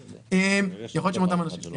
יכול להיות שמאותם אנשים.